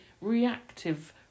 reactive